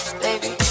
baby